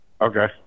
Okay